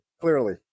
clearly